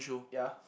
ya